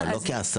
אבל לא כהסעה.